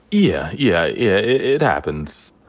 yeah, yeah, yeah. it happens.